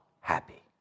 happy